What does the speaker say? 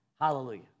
hallelujah